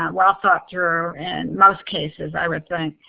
um well thought through, in most cases, i would think.